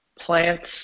plants